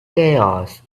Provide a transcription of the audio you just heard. chaos